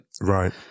right